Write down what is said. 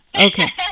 Okay